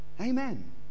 Amen